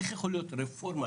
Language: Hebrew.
איך יכולה להיות רפורמה,